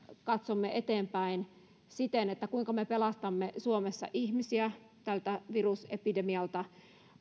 katsomme eteenpäin sitä kuinka me pelastamme suomessa ihmisiä tältä virusepidemialta